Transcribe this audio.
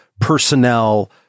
personnel